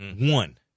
One